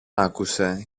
άκουσε